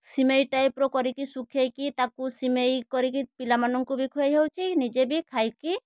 ସିମେଇ ଟାଇପର କରିକି ଶୁଖାଇକି ତାକୁ ସିମେଇ କରିକି ପିଲାମାନଙ୍କୁ ବି ଖୁଏଇ ହେଉଛି ନିଜେ ବି ଖାଇକି